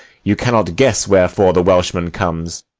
you cannot guess wherefore the welshman comes.